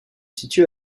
situe